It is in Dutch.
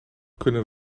kunnen